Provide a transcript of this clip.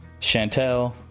Chantel